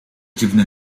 dziwny